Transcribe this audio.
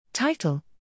Title